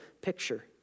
picture